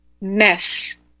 mess